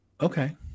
Okay